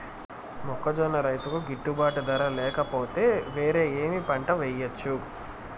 మొక్కజొన్న రైతుకు గిట్టుబాటు ధర లేక పోతే, వేరే ఏమి పంట వెయ్యొచ్చు?